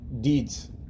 deeds